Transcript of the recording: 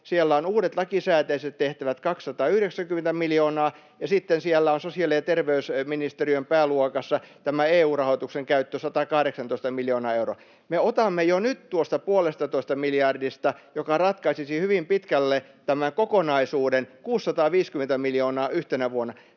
siellä ovat uudet lakisääteiset tehtävät, 290 miljoonaa, ja sitten siellä on sosiaali- ja terveysministeriön pääluokassa EU-rahoituksen käyttö, 118 miljoonaa euroa. Me otamme jo nyt, yhtenä vuonna, 650 miljoonaa tuosta puolestatoista miljardista, joka ratkaisisi hyvin pitkälle tämän kokonaisuuden. Tästä on